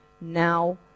now